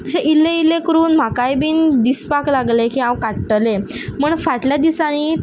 तशें इल्लें इल्लें करून म्हाकाय बीन दिसपाक लागलें की हांव काडटलें म्हण फाटल्या दिसांनी